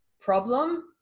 problem